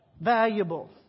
valuable